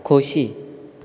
खोशी